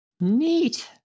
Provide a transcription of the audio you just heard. Neat